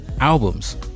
albums